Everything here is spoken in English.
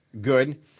good